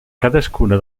cadascuna